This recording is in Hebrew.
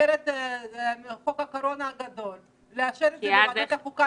במסגרת חוק הקורונה הגדול ולאשר את זה בוועדת החוקה.